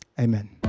amen